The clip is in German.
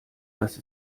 dass